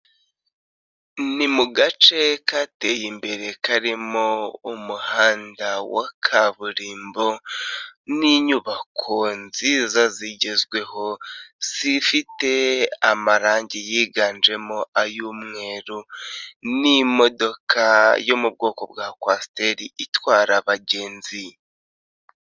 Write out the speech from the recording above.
Ni mu gace kateye imbere karimo umuhanda wa kaburimbo, n'inyubako nziza zigezweho zifite amarangi yiganjemo ay'umweru, n'imodoka yo mu bwoko bwa kwasiteri itwara abagenzi.